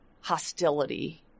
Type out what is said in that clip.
hostility